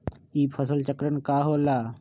ई फसल चक्रण का होला?